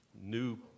new